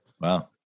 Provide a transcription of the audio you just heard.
Wow